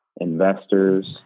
investors